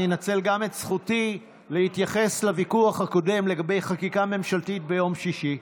אני אנצל את זכותי להתייחס לוויכוח הקודם לגבי חקיקה ממשלתית ביום שישי,